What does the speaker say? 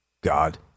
God